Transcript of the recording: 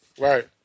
Right